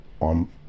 on